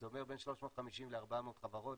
זה אומר בין 350 ל-400 חברות.